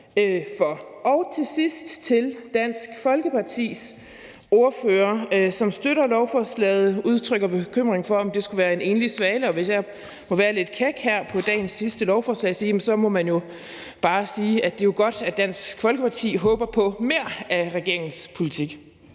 Til sidst er der Dansk Folkeparti ordfører, som støtter lovforslaget, men som udtrykker bekymring for, om det skulle være en enlig svale. Hvis jeg må være lidt kæk her ved dagens sidste lovforslag, vil jeg bare sige, at det jo er godt, at Dansk Folkeparti håber på mere af regeringens politik.